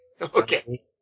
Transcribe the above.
Okay